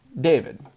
David